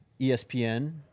ESPN